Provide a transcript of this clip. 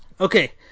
Okay